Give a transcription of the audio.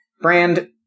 Brand